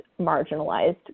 marginalized